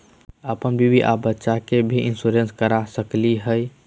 अपन बीबी आ बच्चा के भी इंसोरेंसबा करा सकली हय?